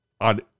on